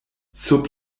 sub